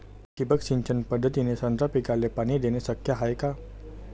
ठिबक सिंचन पद्धतीने संत्रा पिकाले पाणी देणे शक्य हाये का?